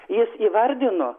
jis įvardino